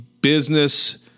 business